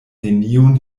neniun